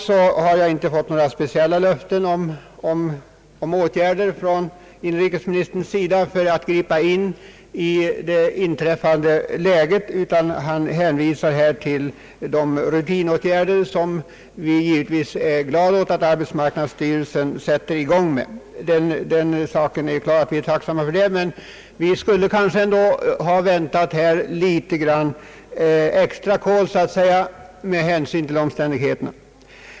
Svaret innehåller inte några löften om speciella åtgärder från inrikesministerns sida för att ingripa i det inträffade läget, utan han hänvisar till de rutinåtgärder som arbetsmarknadsstyrelsen vidtar och som vi givetvis är glada över. Men vi kanske ändå hade väntat litet »extra kol» med hänsyn till omständigheterna.